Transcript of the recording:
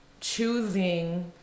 choosing